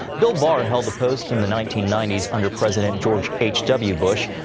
bill barr held the post in the nineteen ninety s under president george h w. blushed.